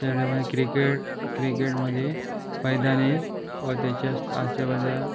स्टेडियममध्ये क्रिकेट क्रिकेटमध्ये मैदानी व त्याच्या